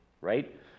right